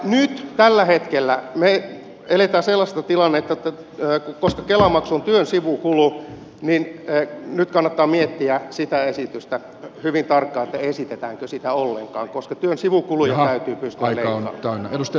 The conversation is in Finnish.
nyt tällä hetkellä me elämme sellaista tilannetta että koska kela maksu on työn sivukulu niin nyt kannattaa miettiä sitä esitystä hyvin tarkkaan esitetäänkö sitä ollenkaan koska työn sivukuluja täytyy pystyä leikkaamaan